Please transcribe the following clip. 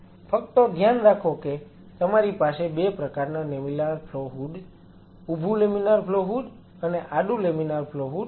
ફક્ત ધ્યાન રાખો કે તમારી પાસે 2 પ્રકારના લેમિનાર ફ્લો હૂડ ઊભું લેમિનાર ફ્લો હૂડ અને આડુ લેમિનાર ફ્લો હૂડ છે